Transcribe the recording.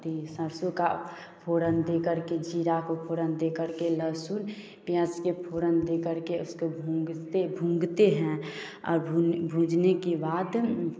सरसों का फ़ोरन देकर के ज़ीरा को फ़ोरन देकर के लहसुन प्याज़ के फ़ोरन देकर के उसको भूंजते भूंजते हैं और भूंजने के बाद